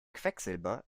quecksilber